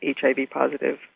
HIV-positive